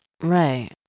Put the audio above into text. Right